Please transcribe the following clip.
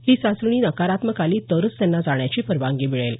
ही चाचणी नकारात्मक आली तरच त्यांना जाण्याची परवानगी मिळेल